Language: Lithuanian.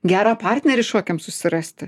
gerą partnerį šokiam susirasti